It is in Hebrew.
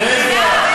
רגע,